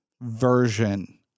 version